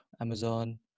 Amazon